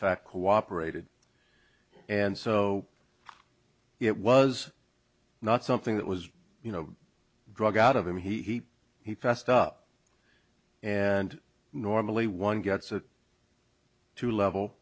fact cooperated and so it was not something that was you know drug out of him he he fessed up and normally one gets a two level